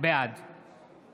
בעד